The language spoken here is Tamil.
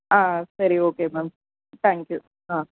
ஆ சரி ஓகே மேம் தேங்க்யூ ஆ